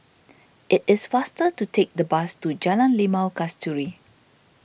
it is faster to take the bus to Jalan Limau Kasturi